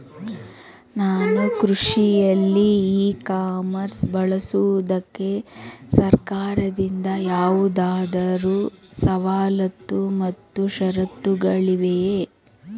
ನಾನು ಕೃಷಿಯಲ್ಲಿ e commerce ಬಳಸುವುದಕ್ಕೆ ಸರ್ಕಾರದಿಂದ ಯಾವುದಾದರು ಸವಲತ್ತು ಮತ್ತು ಷರತ್ತುಗಳಿವೆಯೇ?